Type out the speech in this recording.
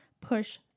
push